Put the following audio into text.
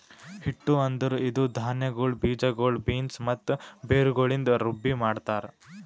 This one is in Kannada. ಹಿಟ್ಟು ಅಂದುರ್ ಇದು ಧಾನ್ಯಗೊಳ್, ಬೀಜಗೊಳ್, ಬೀನ್ಸ್ ಮತ್ತ ಬೇರುಗೊಳಿಂದ್ ರುಬ್ಬಿ ಮಾಡ್ತಾರ್